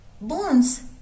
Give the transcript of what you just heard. bones